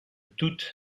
toute